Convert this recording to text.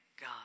God